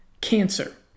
cancer